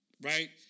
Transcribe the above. right